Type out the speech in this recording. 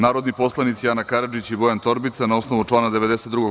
Narodni poslanici Ana Karadžić i Bojan Torbica na osnovu člana 92.